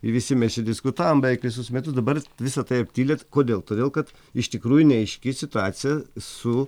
i visi mes čia diskutavom beveik visus metus dabar visa tai aptilę kodėl todėl kad iš tikrųjų neaiški situacija su